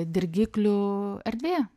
dirgiklių erdvėje